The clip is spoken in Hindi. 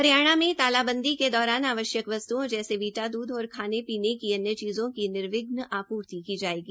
हरियाणा में तालाबंदी के दौरान आवश्यक वस्त्ओं जैसी वीटा दूध और खाने पीने की अन्य चीजों की निर्विघ्न आपूर्ति की जायेगी